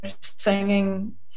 singing